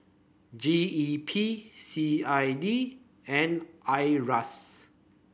G E P C I D and Iras